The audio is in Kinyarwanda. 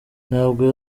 ntabwo